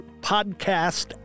podcast